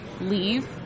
leave